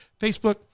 Facebook